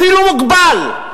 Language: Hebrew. אפילו מוגבל,